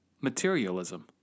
materialism